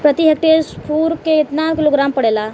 प्रति हेक्टेयर स्फूर केतना किलोग्राम पड़ेला?